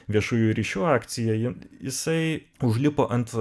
viešųjų ryšių akcija ji jisai užlipo ant